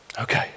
Okay